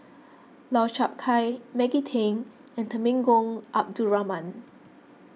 Lau Chiap Khai Maggie Teng and Temenggong Abdul Rahman